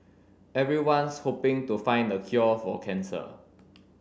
everyone's hoping to find the cure for cancer